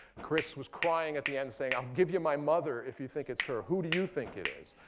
chris was crying at the end, saying, i'll give you my mother if you think it's her. who do you think it is?